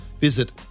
Visit